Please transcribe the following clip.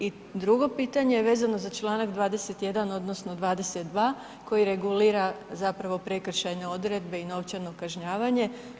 I drugo pitanje je vezano za članak 21. odnosno 22. koji regulira zapravo prekršajne odredbe i novčano kažnjavanje.